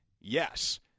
Yes